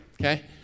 Okay